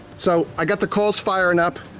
so i got the coals firing up.